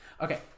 okay